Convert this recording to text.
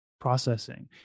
processing